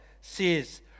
says